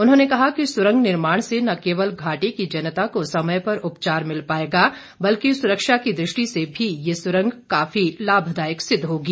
उन्होंने कहा कि सुरंग निर्माण से न केवल घाटी की जनता को समय पर उपचार मिल पाएगा अपितु सुरक्षा की दृष्टि से भी यह सुरंग काफी लाभदायक सिद्ध होगी